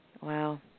wow